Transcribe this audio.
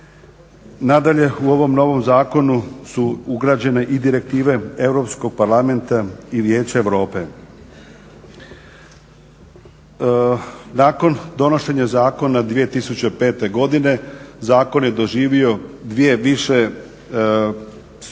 Nadalje, u ovom novom zakonu su ugrađene i direktive Europskog parlamenta i Vijeća Europe. Nakon donošenja zakona 2005. godine zakon je doživio dvije više kozmetičke